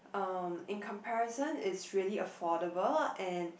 uh in comparison it's really affordable and